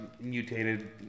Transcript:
mutated